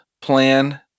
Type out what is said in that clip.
plan